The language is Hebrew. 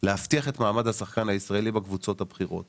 להבטיח את מעמד השחקן הישראלי בקבוצות הבכירות.